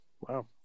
Wow